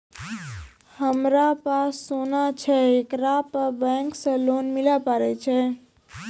हमारा पास सोना छै येकरा पे बैंक से लोन मिले पारे छै?